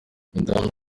madame